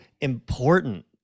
important